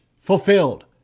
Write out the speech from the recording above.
Fulfilled